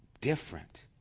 different